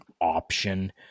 option